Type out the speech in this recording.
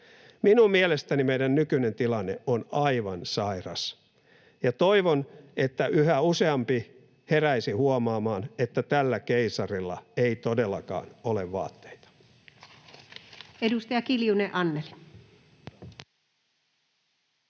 Minun mielestäni meidän nykyinen tilanne on aivan sairas, ja toivon, että yhä useampi heräisi huomaamaan, että tällä keisarilla ei todellakaan ole vaatteita.